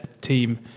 team